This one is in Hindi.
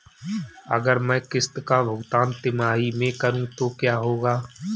अगर मैं किश्त का भुगतान तिमाही में करूं तो क्या होगा?